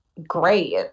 great